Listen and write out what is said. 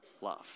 love